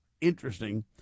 interesting